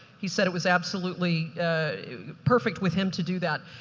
he said it was absolutely perfect with him to do that.